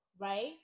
right